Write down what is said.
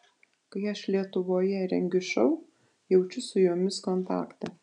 kai aš lietuvoje rengiu šou jaučiu su jumis kontaktą